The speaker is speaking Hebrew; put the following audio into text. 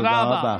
תודה רבה.